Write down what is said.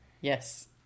Yes